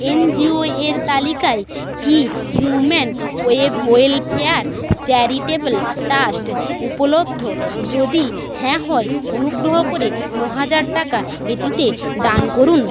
এনজিওয়ের তালিকায় কি human welfare charitable trust উপলব্ধ যদি হ্যাঁ হয় অনুগ্রহ করে নহাজার টাকা এটিতে দান করুন